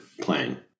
playing